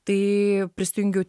tai prisijungiu